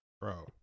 bro